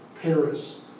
Paris